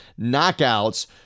knockouts